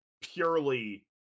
Purely